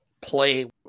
play